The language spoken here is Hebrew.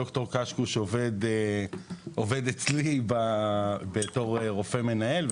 ד"ר קשקוש עובד אצלי בתור רופא מנהל,